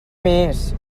més